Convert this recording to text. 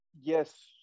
yes